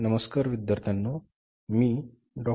नमस्कार विद्यार्थ्यांनो मी डॉ